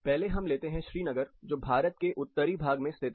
पहले हम लेते हैं श्रीनगर जो भारत के उत्तरी भाग में स्थित है